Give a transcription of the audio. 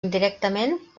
indirectament